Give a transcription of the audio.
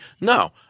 no